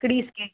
ਘੜੀਸ ਕੇ